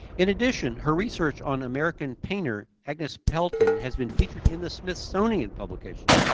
in addition, her research on american painter, agnes pelton, has been featured in the smithsonian publication.